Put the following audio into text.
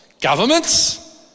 governments